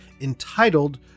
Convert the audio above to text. entitled